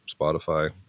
Spotify